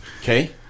Okay